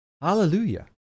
Hallelujah